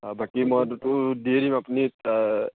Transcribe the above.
বাকী মইটোতোতো দিয়ে দিম আপুনি